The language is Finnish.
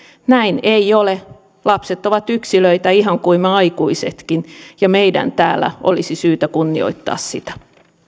näin ei ole lapset ovat yksilöitä ihan kuin me aikuisetkin ja meidän täällä olisi syytä kunnioittaa sitä